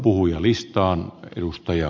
arvoisa puhemies